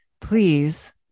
please